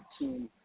team